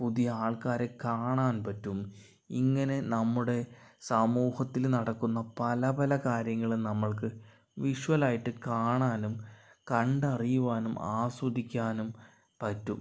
പുതിയ ആൾക്കാരെ കാണാൻ പറ്റും ഇങ്ങനെ നമ്മുടെ സമൂഹത്തില് നടക്കുന്ന പല പല കാര്യങ്ങള് നമ്മൾക്ക് വിഷ്വലായിട്ട് കാണാനും കണ്ട് അറിയുവാനും ആസ്വദിക്കാനും പറ്റും